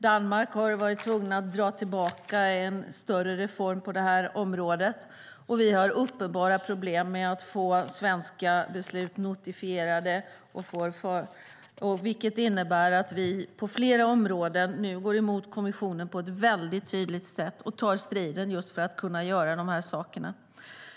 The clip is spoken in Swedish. Danmark har varit tvunget att dra tillbaka en större reform på det här området, och vi har uppenbara problem med att få svenska beslut notifierade, vilket innebär att vi på flera områden nu går emot kommissionen på ett väldigt tydligt sätt och tar striden just för att kunna göra de här sakerna.